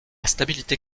stabilité